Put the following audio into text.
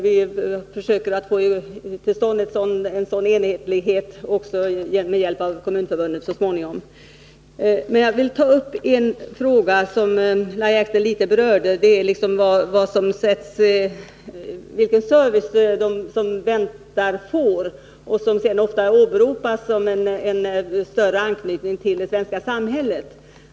Vi försöker att så småningom få till stånd en sådan enhetlighet också med hjälp av Kommunförbundet. Jag vill ta upp en fråga som Lahja Exner något berört. Den gäller den service de som väntar får och som sedan ofta åberopas som exempel på en större anknytning till det svenska samhället.